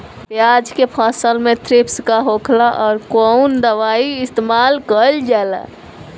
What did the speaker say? प्याज के फसल में थ्रिप्स का होखेला और कउन दवाई इस्तेमाल कईल जाला?